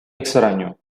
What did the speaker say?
extraño